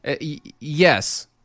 Yes